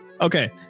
Okay